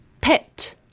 Pet